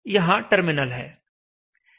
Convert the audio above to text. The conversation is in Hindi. यहां टर्मिनल है